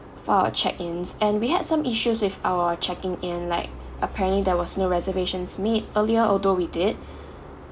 for our check ins and we had some issues with our checking in like apparently there was no reservations made earlier although we did